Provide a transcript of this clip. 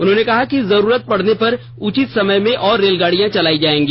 उन्होंने कहा कि जरूरत पड़ने पर उचित समय में और रेलगाड़ियां चलाई जाएगी